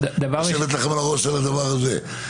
לשבת לכם על הראש בדבר הזה.